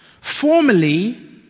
Formerly